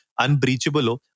unbreachable